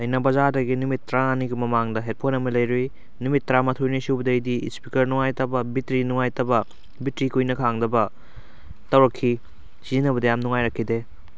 ꯑꯩꯅ ꯕꯖꯥꯔꯗꯒꯤ ꯅꯨꯃꯤꯠ ꯇꯔꯥꯃꯉꯥꯅꯤꯒꯤ ꯃꯃꯥꯡꯗ ꯍꯦꯗꯐꯣꯟ ꯑꯃ ꯂꯩꯔꯨꯏ ꯅꯨꯃꯤꯠ ꯇꯔꯥ ꯃꯥꯊꯣꯏꯅꯤ ꯁꯨꯕꯗꯩꯗꯤ ꯏꯁꯄꯤꯀꯔ ꯅꯨꯡꯉꯥꯏꯇꯕ ꯕꯦꯇ꯭ꯔꯤ ꯅꯨꯡꯉꯥꯏꯇꯕ ꯕꯦꯇ꯭ꯔꯤ ꯀꯨꯏꯅ ꯈꯥꯡꯗꯕ ꯇꯧꯔꯛꯈꯤ ꯁꯤꯖꯤꯟꯅꯕꯗ ꯌꯥꯝ ꯅꯨꯡꯉꯥꯏꯔꯛꯈꯤꯗꯦ